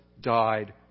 died